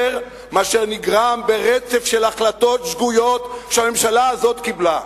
מאשר נגרם ברצף של החלטות שגויות שהממשלה הזאת קיבלה.